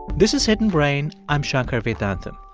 this is hidden brain. i'm shankar vedantam.